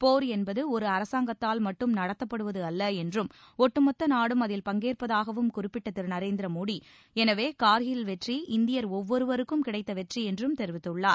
போர் என்பது ஒரு அரசாங்கத்தால் மட்டும் நடத்தப்படுவது அல்ல என்றும் ஒட்டுமொத்த நாடும் அதில் பங்கேற்பதாகவும் குறிப்பிட்ட திரு நரேந்திர மோடி எனவே கார்கில் வெற்றி இந்தியர் ஒவ்வொருவருக்கும் கிடைத்த வெற்றி என்றும் தெரிவித்துள்ளார்